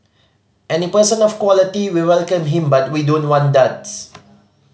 any person of quality we welcome him but we don't want duds